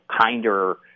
kinder